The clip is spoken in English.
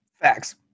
Facts